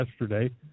yesterday